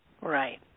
Right